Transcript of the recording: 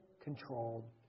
controlled